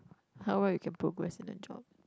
how well you can progress in a job